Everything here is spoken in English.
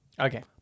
Okay